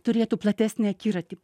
turėtų platesnį akiratį